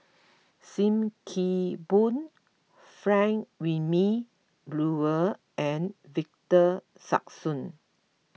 Sim Kee Boon Frank Wilmin Brewer and Victor Sassoon